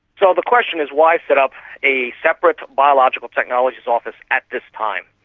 so the question is why set up a separate biological technologies office at this time.